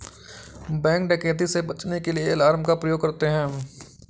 bank डकैती से बचने के लिए अलार्म का प्रयोग करते है